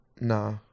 nah